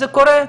זה קורה,